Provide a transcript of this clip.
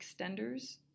extenders